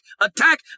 attack